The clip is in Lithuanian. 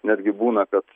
netgi būna kad